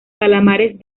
calamares